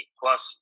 plus